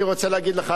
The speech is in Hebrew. אני רוצה להגיד לך,